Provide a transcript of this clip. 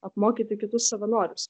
apmokyti kitus savanorius